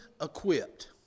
equipped